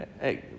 Hey